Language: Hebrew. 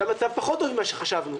שהמצב פחות טוב ממה שחשבנו.